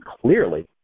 clearly